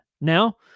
Now